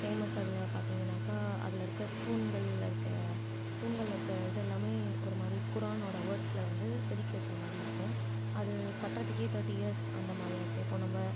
famous அதில் பார்த்திங்கனாக்கா அதில் இருக்க தூண்கள் இருக்க தூண்களை இருக்க இதெல்லாமே ஒரு மாதிரி குரானோட வோர்ட்ஸில் வந்து செதுக்கிவச்சமாதிரி இருக்கும் அது கட்டுறதுக்கே த்ர்ட்டி இயர்ஸ் அந்தமாதிரி ஆச்சு இப்போ நம்ப